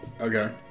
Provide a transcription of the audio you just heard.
Okay